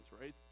right